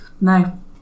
No